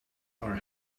are